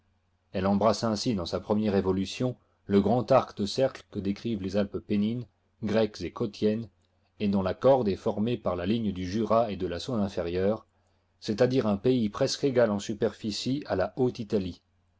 elle embrasse ainsi dans sa première évolution le grand arc de cercle que décrivent les alpes pennines grecques et cottiennes et dont la corde est formée par la ligne du jura et de la saône inférieure c'est-à-dire un pays presque égal en superficie à la